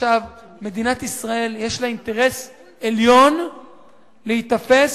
למדינת ישראל יש אינטרס עליון להיתפס